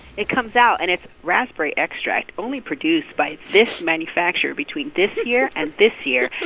it comes out, and it's raspberry extract only produced by this manufacturer between this year and this year,